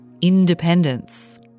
independence